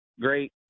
great